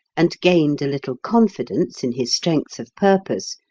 and gained a little confidence in his strength of purpose,